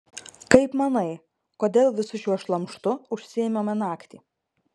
kaip manai kodėl visu šiuo šlamštu užsiimame naktį